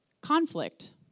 conflict